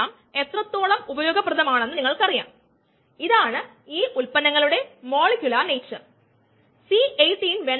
അതിനാൽ Et S പിന്നെ ഇവിടെ k 2 k 3 k1 S എന്നാണ് ഇവിടെ ഒരു k 1 ഉണ്ട് അത് ക്യാൻസൽ ആകുന്നു S equals enzyme substrate complex concentration ആണ്